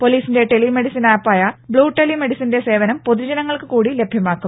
പൊലീസിന്റെ telemedicine app ആയ blue ടെലി മെഡിസിന്റെ സേവനം പൊതുജനങ്ങൾക്ക് കൂടി ലഭ്യമാക്കും